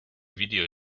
video